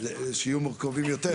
כדי שיהיו מורכבים יותר?